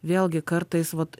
vėlgi kartais vat